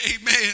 Amen